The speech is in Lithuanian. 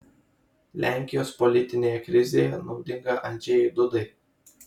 lenkijos politinė krizė naudinga andžejui dudai